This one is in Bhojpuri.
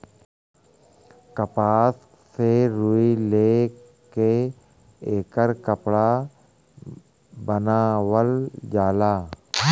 कपास से रुई ले के एकर कपड़ा बनावल जाला